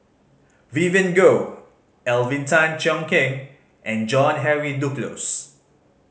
Vivien Goh Alvin Tan Cheong Kheng and John Henry Duclos